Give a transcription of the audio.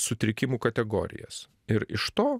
sutrikimų kategorijas ir iš to